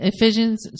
Ephesians